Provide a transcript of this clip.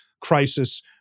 crisis